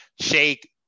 shake